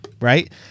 right